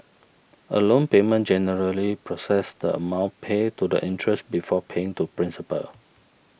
a loan payment generally processes the amount paid to the interest before paying to principal